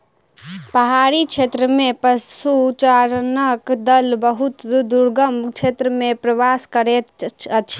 पहाड़ी क्षेत्र में पशुचारणक दल बहुत दुर्गम क्षेत्र में प्रवास करैत अछि